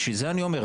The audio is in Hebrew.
לכן אני אומר,